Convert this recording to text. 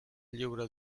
lliure